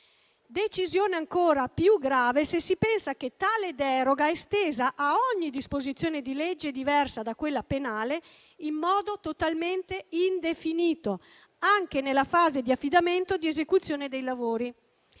decisione ancora più grave se si pensa che tale deroga è estesa a ogni disposizione di legge diversa da quella penale, in modo totalmente indefinito anche nella fase di affidamento e di esecuzione dei lavori.